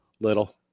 Little